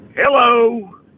Hello